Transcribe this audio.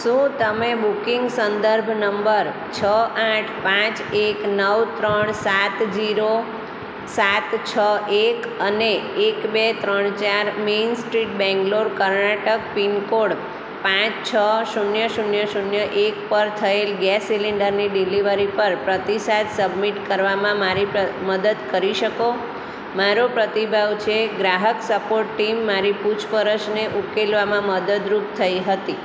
શું તમે બુકિંગ સંદર્ભ નંબર છ આઠ પાંચ એક નવ ત્રણ સાત જીરો સાત છ એક અને એક બે ત્રણ ચાર main street Bangalore Karnataka pin code પાંચ છ શૂન્ય શૂન્ય શૂન્ય એક પર થએલ ગેસ સિલિન્ડરની ડિલિવરી પર પ્રતિસાદ સબમિટ કરવામાં મારી પ મદદ કરી શકો મારો પ્રતિભાવ છે ગ્રાહક સપોર્ટ ટીમ મારી પૂછપરછને ઉકેલવામાં મદદરૂપ થઈ હતી